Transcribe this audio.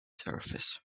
surface